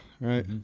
right